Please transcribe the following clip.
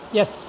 yes